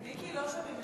אמרה לי להרגיע אותך.